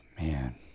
Man